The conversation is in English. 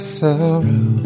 sorrow